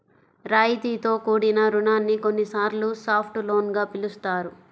రాయితీతో కూడిన రుణాన్ని కొన్నిసార్లు సాఫ్ట్ లోన్ గా పిలుస్తారు